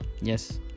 Yes